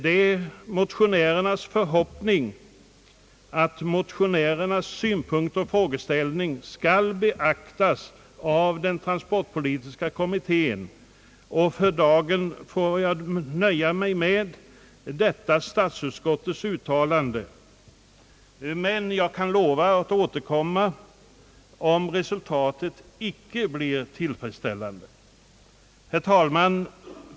Det är motionärernas förhoppning att deras synpunkter skall beaktas av den transportpolitiska kommittén. Jag nöjer mig därför med statsutskottets uttalande, men jag lovar att återkomma, om resultatet icke blir tillfredsställande. Herr talman!